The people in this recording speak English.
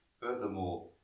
Furthermore